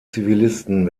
zivilisten